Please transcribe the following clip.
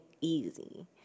easy